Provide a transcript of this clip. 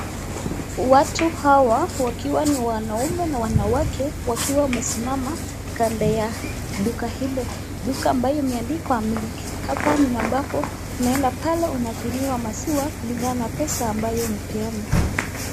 Watu hawa wakiwa ni wanaume na wanawake, wakiwa wamesimama kando ya duka hilo, duka ambayo imeandikwa milk hapo ni ambapo unaenda hapo unapimiwa maziwa kulingana na pesa ambayo umepeana.